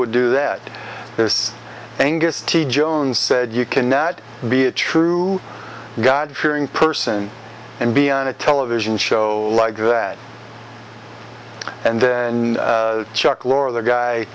would do that this angus t jones said you cannot be a true god fearing person and be on a television show like that and then chuck lorre the guy